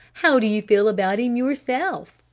how do you feel about him yourself?